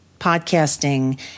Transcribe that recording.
podcasting